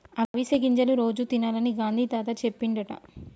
అవిసె గింజలు రోజు తినాలని గాంధీ తాత చెప్పిండట